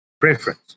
preference